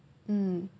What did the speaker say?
mm